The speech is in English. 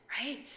right